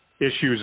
issues